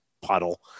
puddle